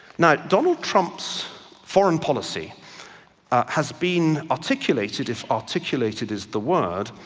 now donald trump's foreign policy has been articulated, if articulated is the word,